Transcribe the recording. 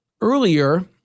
earlier